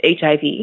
HIV